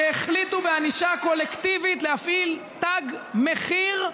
שהחליטו בענישה קולקטיבית להפעיל תג מחיר,